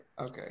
Okay